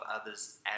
others